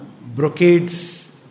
brocades